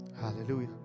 Hallelujah